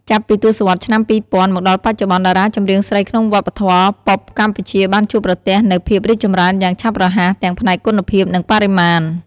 ចាប់ពីទសវត្សរ៍ឆ្នាំ ២០០០ មកដល់បច្ចុប្បន្ន តារាចម្រៀងស្រីក្នុងវប្បធម៌ប៉ុបកម្ពុជាបានជួបប្រទះនូវភាពរីកចម្រើនយ៉ាងឆាប់រហ័ស ទាំងផ្នែកគុណភាព និងបរិមាណ។